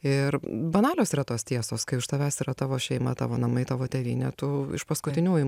ir banalios yra tos tiesos kai už tavęs yra tavo šeima tavo namai tavo tėvynė tu iš paskutiniųjų